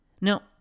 Now